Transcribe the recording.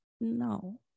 No